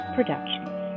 Productions